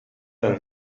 and